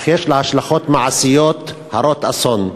אך יש לה השלכות מעשיות הרות-אסון.